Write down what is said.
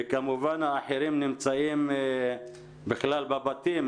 וכמובן האחרים נמצאים בכלל בבתים,